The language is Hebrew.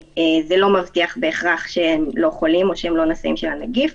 זה לא בהכרח מבטיח שהם לא חולים או שהם לא נשאים של הנגיף.